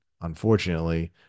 unfortunately